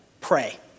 pray